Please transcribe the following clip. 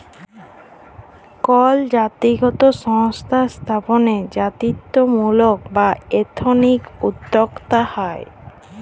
call জাতিগত সংস্থা স্থাপনে জাতিত্বমূলক বা এথনিক উদ্যক্তা হ্যয়